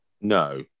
No